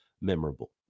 memorable